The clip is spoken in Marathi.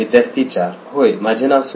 विद्यार्थी 4 होय माझे नाव सुनील